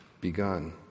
begun